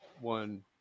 one